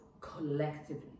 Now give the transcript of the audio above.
collectively